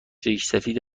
ریشسفید